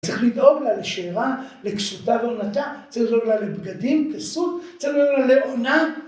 צריך לדאוג לה לשארה, לכסותה ועונתה, צריך לדאוג לה לבגדים, כסות, צריך לדאוג לה לעונה.